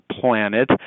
planet